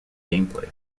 gameplay